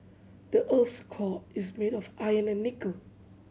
the earth's core is made of iron and nickel